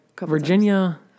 Virginia